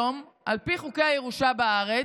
אפרט: נכון להיום, על פי חוקי הירושה בארץ,